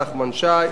נחמן שי,